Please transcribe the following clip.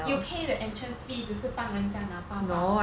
you pay the entrance fee 只是帮人家拿包包